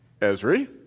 Esri